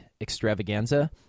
extravaganza